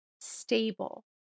stable